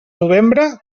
novembre